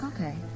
Okay